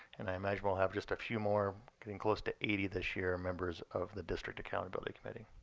and i imagine we'll have just a few more getting close to eighty this year members of the district accountability committee.